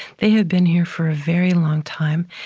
they have been here for a very long time.